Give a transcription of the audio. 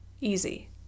Easy